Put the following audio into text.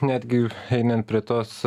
netgi einant prie tos